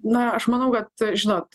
na aš manau kad žinot